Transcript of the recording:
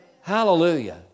Hallelujah